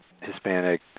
Hispanic